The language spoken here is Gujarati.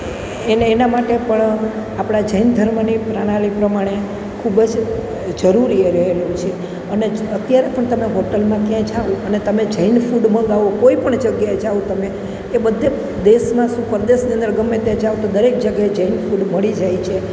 એને એના માટે પણ આપણા જૈન ધર્મની પ્રણાલી પ્રમાણે ખૂબ જ જરૂરી રહેલું છે અને અત્યારે પણ તમે હોટલમાં ક્યાંય જાઓ અને તમે જૈન ફૂડ મગાવો કોઈપણ જગ્યાએ જાઓ તમે એ બધે દેશમાં શું પરદેશની અંદર ગમે ત્યાં જાઓ તો દરેક જગ્યાએ જૈન ફૂડ મળી જાય છે